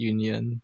Union